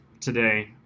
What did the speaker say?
today